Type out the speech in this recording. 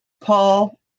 paul